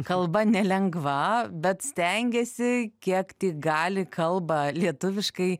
kalba nelengva bet stengiasi kiek tik gali kalba lietuviškai